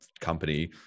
company